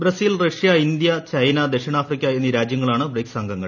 Brazil Russia India China ദക്ഷിണാഫ്രിക്ക എന്നീ രാജ്യങ്ങളാണ് ബ്രിക്സ് അംഗങ്ങൾ